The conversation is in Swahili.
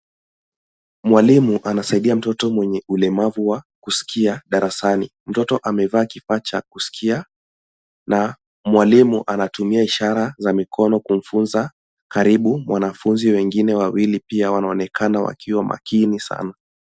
Mwalimu anasaidia mtoto mwenye ulemavu wa kusikia darasani. Mtoto amevaa kifaa cha kusikia na mwalimu anatumia ishara za mikono kumfunza, karibu wanafunzi wengine wawili pia wanaonekana wakiwa makini sana.